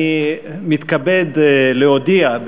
אני מתכבד להודיע,